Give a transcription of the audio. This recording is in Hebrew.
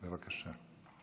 בבקשה.